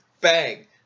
bang